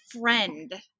friend